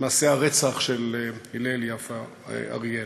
מעשה הרצח של הלל אריאל.